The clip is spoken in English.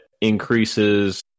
increases